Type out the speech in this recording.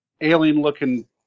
alien-looking